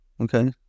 Okay